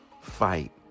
fight